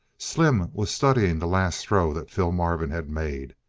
slim was studying the last throw that phil marvin had made.